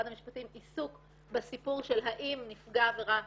המשפטים עיסוק בסיפור של אם נפגע עבירת